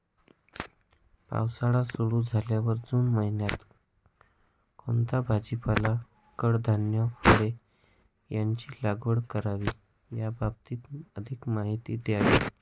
पावसाळा सुरु झाल्यावर जून महिन्यात कोणता भाजीपाला, कडधान्य, फळे यांची लागवड करावी याबाबत अधिक माहिती द्यावी?